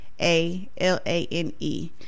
A-L-A-N-E